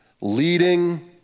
leading